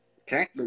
okay